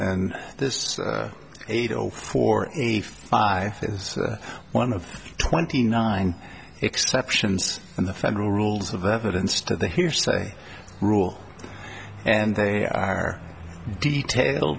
and this eight zero four eighty five is one of twenty nine exceptions in the federal rules of evidence to the hearsay rule and they are detail